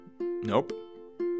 Nope